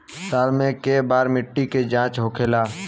साल मे केए बार मिट्टी के जाँच होखेला?